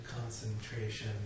concentration